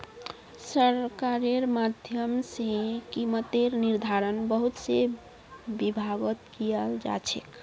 सरकारेर माध्यम से कीमतेर निर्धारण बहुत से विभागत कियाल जा छे